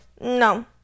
No